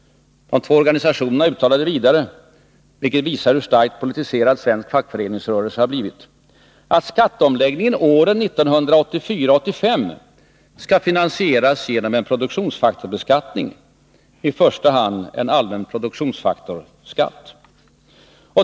De två organisationerna uttalade vidare — vilket visar hur starkt politiserad svensk fackföreningsrörelse blivit — att skatteomläggningen åren 1984-1985 skall finansieras genom en produktionsfaktorsbeskattning, i första hand en allmän produktionsfaktorsskatt.